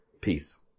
Peace